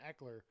Eckler